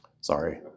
Sorry